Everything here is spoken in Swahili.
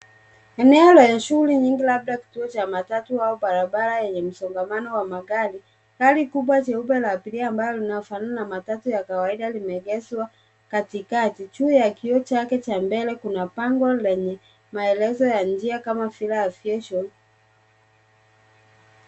Eneo lenye shughuli nyingi, labda kituo cha matatu au barabara yenye msongamano wa magari. Gari kubwa jeupe la abiria ambalo linafanana na matatu ya kawaida limeegeshwa katikati. Juu ya kioo chake cha mbele kuna bango lenye maelezo ya njia kama vile Aviation.